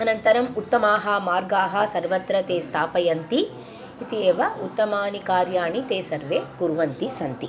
अनन्तरम् उत्तमान् मार्गान् सर्वत्र ते स्थापयन्ति इति एवम् उत्तमानि कार्याणि ते सर्वे कुर्वन्तः सन्ति